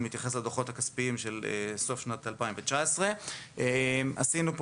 מתייחס לדוחות הכספיים של סוף שנת 2019. עשינו פה